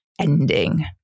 ending